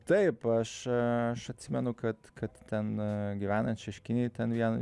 taip aš aš atsimenu kad kad ten gyvenant šeškinėj ten vien